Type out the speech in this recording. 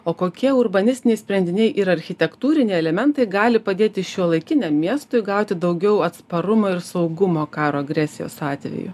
o kokie urbanistiniai sprendiniai ir architektūriniai elementai gali padėti šiuolaikiniam miestui gauti daugiau atsparumo ir saugumo karo agresijos atveju